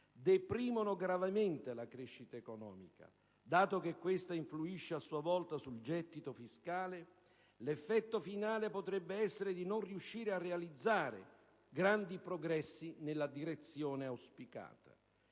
deprimono gravemente la crescita economica, dato che questa influisce a sua volta sul gettito fiscale, l'effetto finale potrebbe essere di non riuscire a realizzare grandi progressi nella direzione auspicata.